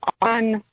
on –